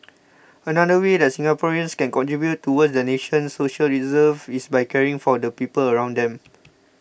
another way that Singaporeans can contribute towards the nation's social reserves is by caring for the people around them